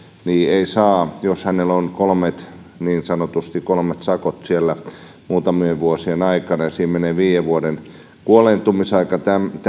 ei saa opetuslupaa jos hänellä on niin sanotusti kolmet sakot siellä muutamien vuosien ajalta ja siinä menee viiden vuoden kuoleentumisaika